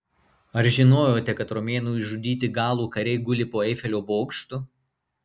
ar žinojote kad romėnų išžudyti galų kariai guli po eifelio bokštu